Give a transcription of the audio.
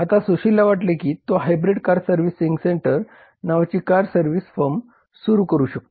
आता सुशीलला वाटले की तो हायब्रीड कार सर्व्हिस सेंटर नावाची कार सर्व्हिस फर्म सुरू करू शकतो